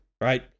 right